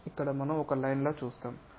మరియు ఇక్కడ మనం ఒక లైన్ లా చూస్తాము